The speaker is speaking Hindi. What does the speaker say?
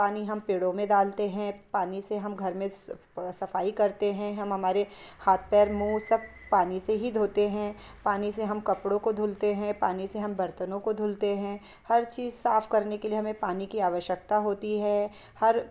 पानी हम पेड़ों में डालते हैं पानी से हम घर में सफ़ाई करते हैं हम हमारे हाथ पैर मुँह सब पानी से ही धोते हैं पानी से हम कपड़ों को धुलते हैं पानी से हम बर्तनों को धुलते हैं हर चीज़ साफ़ करने के लिए हमें पानी की आवश्यकता होती है हर